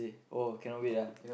oh cannot wait ah